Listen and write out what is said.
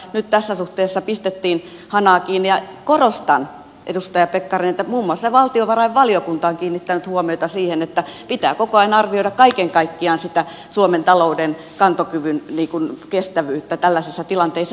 nyt tässä suhteessa pistettiin hanaa kiinni ja korostan edustaja pekkarinen että muun muassa valtiovarainvaliokunta on kiinnittänyt huomiota siihen että pitää koko ajan arvioida kaiken kaikkiaan sitä suomen talouden kantokyvyn kestävyyttä tällaisessa tilanteessa